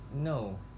No